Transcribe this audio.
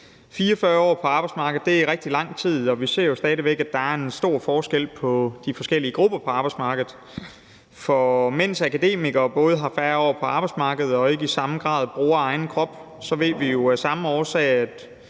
44 år på arbejdsmarkedet er rigtig lang tid, og vi ser jo stadig væk, at der er stor forskel på de forskellige grupper på arbejdsmarkedet. Mens akademikere både har færre år på arbejdsmarkedet og ikke i samme grad bruger egen krop, bliver tømreren,